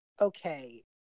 okay